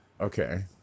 Okay